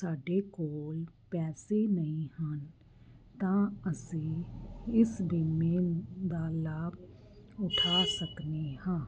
ਸਾਡੇ ਕੋਲ ਪੈਸੇ ਨਹੀਂ ਹਨ ਤਾਂ ਅਸੀਂ ਇਸ ਬੀਮੇ ਦਾ ਲਾਭ ਉਠਾ ਸਕਦੇ ਹਾਂ